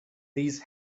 these